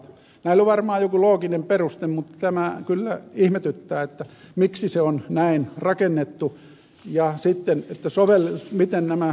näille on varmaan joku looginen peruste mutta tämä kyllä ihmetyttää miksi se on näin rakennettu ja miten nämä soveltuvat yhteen